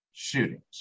shootings